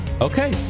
Okay